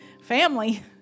Family